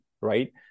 right